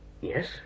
yes